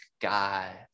guy